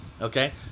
okay